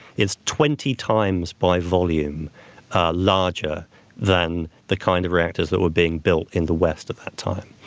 it's twenty times by volume larger than the kind of reactors that were being built in the west at that time.